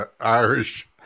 Irish